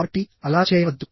కాబట్టి అలా చేయవద్దు